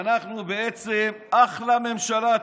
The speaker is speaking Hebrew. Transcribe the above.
אנחנו בעצם אחלה ממשלה.